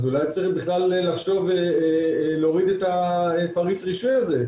אז אולי צריך בכלל לחשוב להוריד את פריט הרישוי הזה,